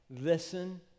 listen